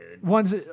One's